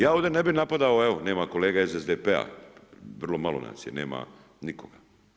Ja ovdje ne bih napadao, evo nema kolega iz SDP-a, vrlo malo nas je nema nikoga.